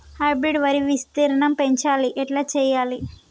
Hybrid వరి విస్తీర్ణం పెంచాలి ఎట్ల చెయ్యాలి?